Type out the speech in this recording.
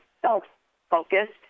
self-focused